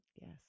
Yes